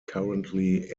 currently